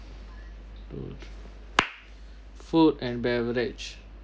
two food and beverage